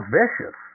vicious